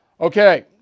Okay